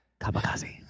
Kabakazi